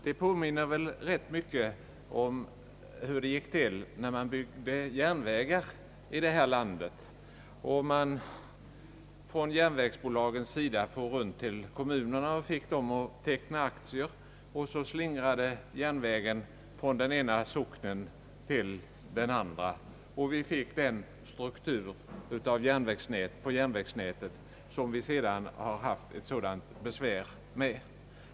Detta påminner ganska mycket om hur det gick till när järnvägarna byggdes här i landet och järnvägsbolagens representanter for runt till kommunerna och fick dem att teckna aktier, med påföljd att järnvägen kom att slingra sig från den ena socknen till den andra och vi fick den struktur på järnvägsnätet, som vi sedan har haft ett sådant besvär med.